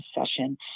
session